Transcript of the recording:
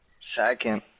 second